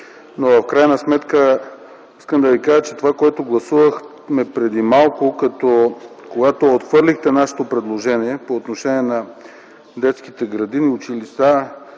но в крайна сметка искам да ви кажа, че това, което гласувахме преди малко, когато отхвърлихте нашето предложение по отношение на детските градини, училища